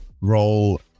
role